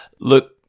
Look